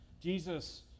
Jesus